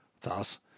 thus